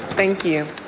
thank you.